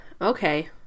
okay